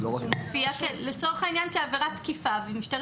זה מופיע לצורך העניין כעבירת תקיפה ומשטרת